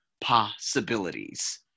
possibilities